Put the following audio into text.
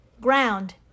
ground